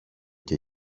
και